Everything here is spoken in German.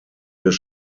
des